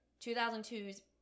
2002's